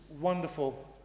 wonderful